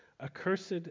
accursed